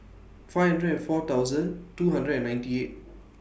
five hundred and four thousand two hundred and ninety eight